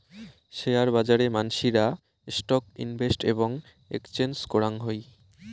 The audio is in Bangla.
শেয়ার বাজারে মানসিরা স্টক ইনভেস্ট এবং এক্সচেঞ্জ করাং হই